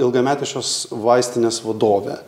ilgametė šios vaistinės vadovė